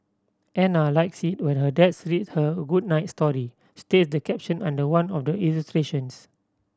Ana likes it when her dads read her a good night story states the caption under one of the illustrations